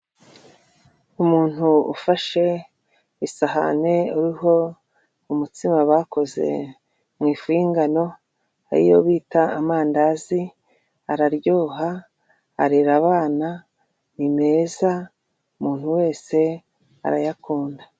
Umuntu ufashe isahani iruho umutsima bakoze mu ifu y'ingano a iyo bita amandazi araryoha, arirera abana ni meza, umuntu wese arayakunda.